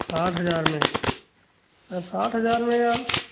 साठ हजार मे साठ हजार में